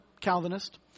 Calvinist